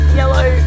yellow